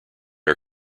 are